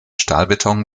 stahlbeton